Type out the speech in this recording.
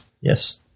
Yes